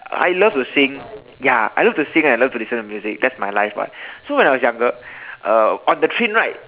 I loved to sing ya I loved to sing and I loved to listen to music that's my life [what] so when I was younger uh on the train right